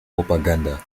propaganda